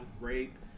Rape